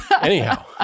Anyhow